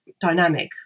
dynamic